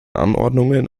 anordnungen